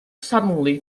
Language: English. suddenly